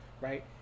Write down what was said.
Right